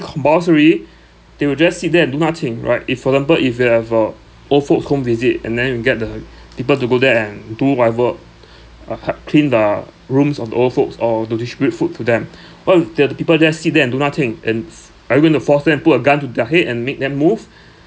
compulsory they will just sit there and do nothing right if for example if they have a old folks' home visit and then you get the people to go there and do whatever uh help clean the rooms of the old folks or to distribute food to them what if there the people there sit there and do nothing and are you going to force them and put a gun to their head and make them move